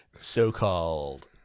so-called